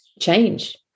change